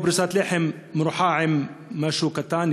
או פרוסת לחם מרוחה במשהו קטן,